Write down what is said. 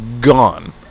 gone